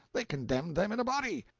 they condemned them in a body.